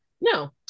No